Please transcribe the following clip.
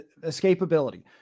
escapability